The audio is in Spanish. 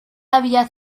había